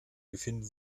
befinden